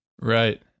Right